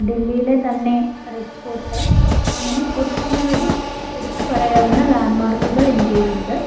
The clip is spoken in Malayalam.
ഡൽഹിയിലെ തന്നെ റെഡ് ഫോർട്ട് അങ്ങനെ ഒട്ടനവധി എടുത്ത് പറയാവുന്ന ലാൻഡ്മാർക്കുകൾ ഇന്ത്യയിലുണ്ട്